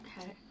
okay